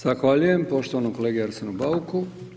Zahvaljujem poštovanom kolegi Arsenu Bauku.